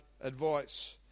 advice